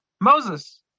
Moses